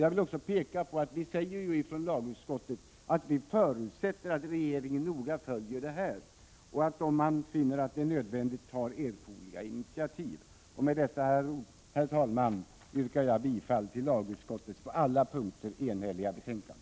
Jag vill också peka på att vi från lagutskottets sida har uttalat att vi förutsätter att regeringen noga följer detta och att man, om man finner det nödvändigt, tar erforderliga initiativ. Med detta, herr talman, yrkar jag bifall till lagutskottets på alla punkter enhälliga förslag.